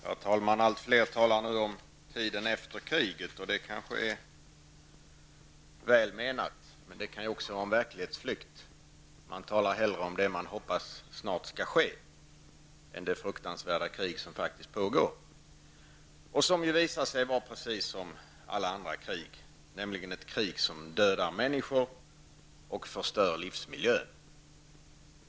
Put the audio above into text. Herr talman! Allt fler talar nu om tiden efter kriget. Det kanske är väl menat, men det kan också vara en verklighetsflykt. Man talar hellre om det man hoppas snart skall ske än om det fruktansvärda krig som faktiskt pågår. Det har visat sig vara precis som alla andra krig, nämligen ett krig som dödar människor och förstör livsmiljön.